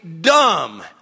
dumb